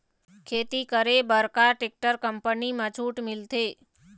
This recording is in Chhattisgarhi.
खेती करे बर का टेक्टर कंपनी म छूट मिलथे?